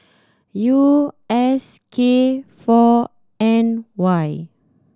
U S K four N Y